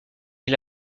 est